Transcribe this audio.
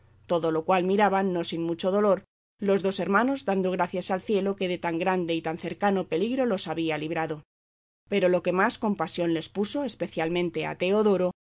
todo lo cual miraban no sin mucho dolor los dos hermanos dando gracias al cielo que de tan grande y tan cercano peligro los había librado pero lo que más compasión les puso especialmente a teodoro